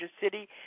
city